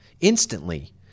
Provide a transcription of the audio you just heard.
instantly